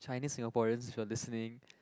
Chinese Singaporeans if you're listening